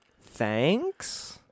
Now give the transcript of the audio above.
Thanks